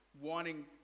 wanting